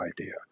idea